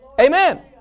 Amen